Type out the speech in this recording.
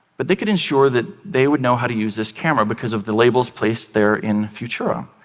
but they could ensure that they would know how to use this camera because of the labels placed there in futura.